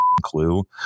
clue